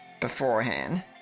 beforehand